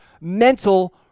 mental